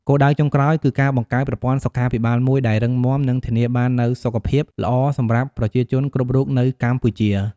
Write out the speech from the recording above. គោលដៅចុងក្រោយគឺការបង្កើតប្រព័ន្ធសុខាភិបាលមួយដែលរឹងមាំនិងធានាបាននូវសុខភាពល្អសម្រាប់ប្រជាជនគ្រប់រូបនៅកម្ពុជា។